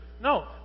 No